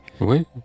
Oui